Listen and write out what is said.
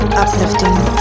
uplifting